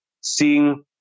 seeing